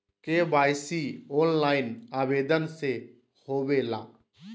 KYC online आवेदन से होवे ला?